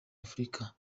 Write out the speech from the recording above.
afrika